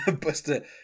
Buster